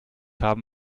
haben